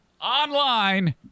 online